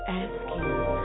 asking